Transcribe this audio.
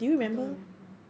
I don't remember